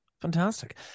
Fantastic